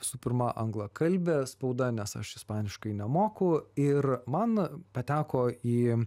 visų pirma anglakalbė spauda nes aš ispaniškai nemoku ir man pateko į